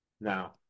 Now